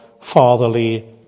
fatherly